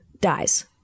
dies